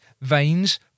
veins